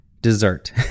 dessert